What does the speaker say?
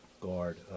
guard